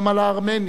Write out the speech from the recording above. גם על הארמנים?"